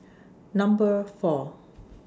Number four